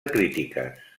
crítiques